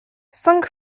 cinq